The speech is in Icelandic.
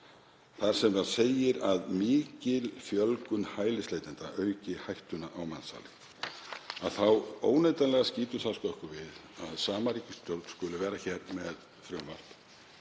þar sem segir að mikil fjölgun hælisleitenda auki hættuna á mansali, að þá óneitanlega skýtur skökku við að sama ríkisstjórn skuli vera hér með frumvarp